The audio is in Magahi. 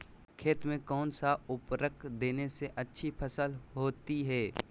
खेत में कौन सा उर्वरक देने से अच्छी फसल होती है?